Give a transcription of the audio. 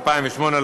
2008,